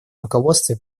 руководстве